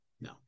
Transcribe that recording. no